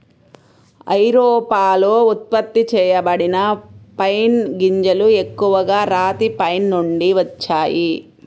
ఐరోపాలో ఉత్పత్తి చేయబడిన పైన్ గింజలు ఎక్కువగా రాతి పైన్ నుండి వచ్చాయి